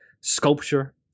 sculpture